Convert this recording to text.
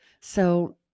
So-